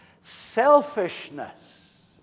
selfishness